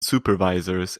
supervisors